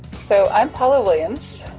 so, i'm paula williams.